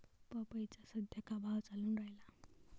पपईचा सद्या का भाव चालून रायला?